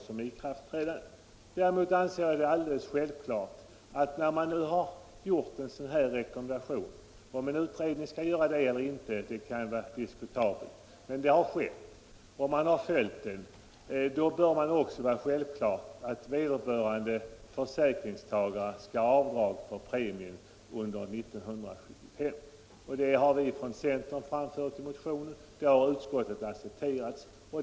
När utredningen nu har gjort en sådan här rekommendation — det kan vara diskutabelt om en utredning skall göra det eller inte, men det har skett — och den rekommendationen har följts, anser jag det självklart att vederbörande försäkringstagare skall ha avdrag för premien under 1975. Det har vi från centern framfört i motionen, och det har utskottet accepterat.